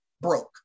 broke